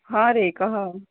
ହଁରେ କହ